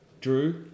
Drew